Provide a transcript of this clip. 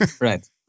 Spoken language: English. Right